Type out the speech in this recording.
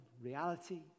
reality